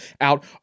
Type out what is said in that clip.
out